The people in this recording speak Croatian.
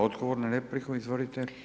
Odgovor na repliku, izvolite.